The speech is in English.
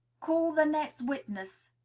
call the next witness!